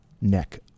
neck